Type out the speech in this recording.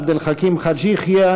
עבד אל חכים חאג' יחיא,